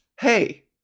hey